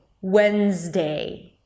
Wednesday